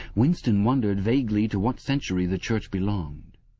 winston wondered vaguely to what century the church belonged.